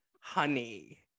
honey